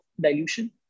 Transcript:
dilution